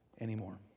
anymore